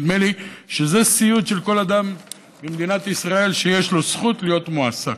נדמה לי שזה סיוט של כל אדם במדינת ישראל שיש לו זכות להיות מועסק.